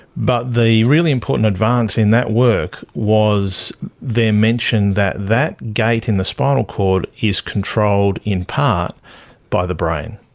but the really important advance in that work was their mention that that gate in the spinal cord is controlled in part by the brain.